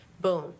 Boom